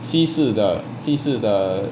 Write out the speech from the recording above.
西式的西式的